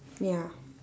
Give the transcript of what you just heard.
ya